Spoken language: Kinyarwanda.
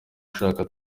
ushaka